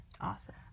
Awesome